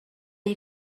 you